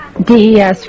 DES